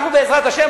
בעזרת השם,